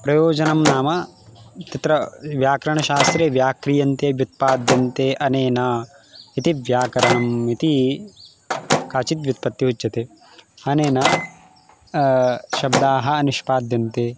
प्रयोजनं नाम तत्र व्याकरणशास्त्रे व्याक्रियन्ते व्युत्पाद्यन्ते अनेन इति व्याकरणम् इति काचिद् व्युत्पत्तिः उच्यते अनेन शब्दाः निष्पाद्यन्ते